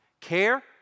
care